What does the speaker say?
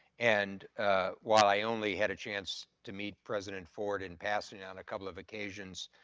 and while i only had a chance to meet president ford in passing on a couple of occasions,